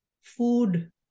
food